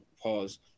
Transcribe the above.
pause